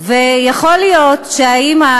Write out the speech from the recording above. ויכול להיות שהאימא,